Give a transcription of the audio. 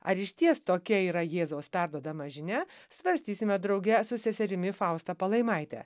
ar išties tokia yra jėzaus perduodama žinia svarstysime drauge su seserimi fausta palaimaitė